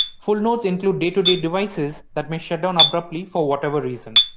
full nodes include day-to-day devices that may shut down abruptly for whatever reason.